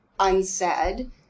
unsaid